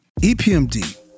EPMD